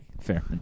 Fair